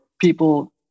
people